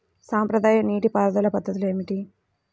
సాంప్రదాయ నీటి పారుదల పద్ధతులు ఏమిటి?